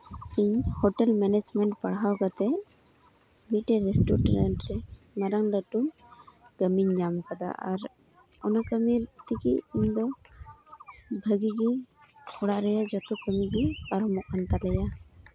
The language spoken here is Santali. ᱤᱧ ᱦᱳᱴᱮᱞ ᱢᱮᱱᱮᱡᱽᱢᱮᱱᱴ ᱨᱮ ᱯᱟᱲᱦᱟᱣ ᱠᱟᱛᱮᱫ ᱢᱤᱫᱴᱮᱡ ᱨᱮᱥᱴᱩᱨᱮᱱᱴ ᱨᱮ ᱢᱟᱨᱟᱝ ᱞᱟᱹᱴᱩ ᱠᱟᱹᱢᱤᱧ ᱧᱟᱢ ᱟᱠᱟᱫᱟ ᱟᱨ ᱚᱱᱟ ᱠᱟᱹᱢᱤ ᱛᱮᱜᱮ ᱤᱧᱫᱚ ᱵᱷᱟᱹᱜᱤ ᱜᱮ ᱚᱲᱟᱜ ᱨᱮᱭᱟᱜ ᱡᱚᱛ ᱠᱟᱹᱢᱤᱜᱮ ᱯᱟᱨᱚᱢᱚᱜ ᱠᱟᱱ ᱛᱟᱞᱮᱭᱟ